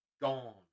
gone